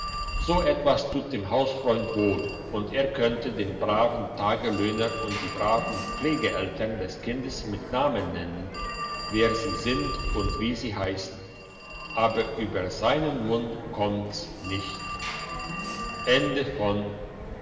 so etwas tut dem hausfreund wohl und er könnte den braven taglöhner und die braven pflegeeltern des kindes mit namen nennen wer sie sind und wie sie heissen aber über seinen mund kommt's nicht